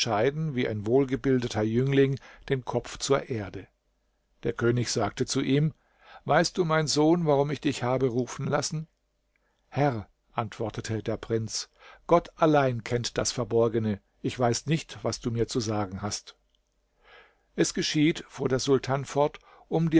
wie ein wohlgebildeter jüngling den kopf zur erde der könig sagte zu ihm weißt du mein sohn warum ich dich habe rufen lassen herr antwortete der prinz gott allein kennt das verborgene ich weiß nicht was du mir zu sagen hast es geschieht fuhr der sultan fort um